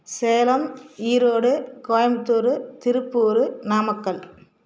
Salem Erode Coimbatore Tiruppur Namakkal